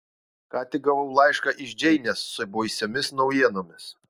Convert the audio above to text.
ką tik gavau laišką iš džeinės su baisiomis naujienomis